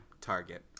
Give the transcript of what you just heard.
target